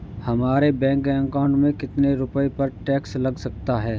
हमारे bank account में कितने रुपये पर टैक्स लग सकता है?